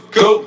go